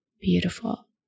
Beautiful